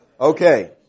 Okay